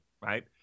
right